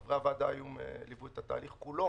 חברי הוועדה ליוו את התהליך כולו.